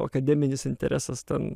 akademinis interesas ten